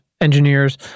engineers